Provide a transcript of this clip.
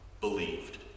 believed